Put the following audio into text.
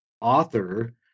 author